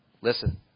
Listen